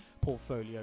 portfolio